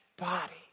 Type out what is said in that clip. body